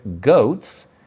goats